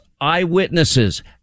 eyewitnesses